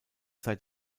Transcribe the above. seit